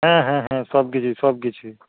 হ্যাঁ হ্যাঁ হ্যাঁ সব কিছু সব কিছুই